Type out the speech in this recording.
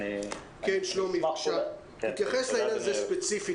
בבקשה תתייחס לעניין הזה ספציפית,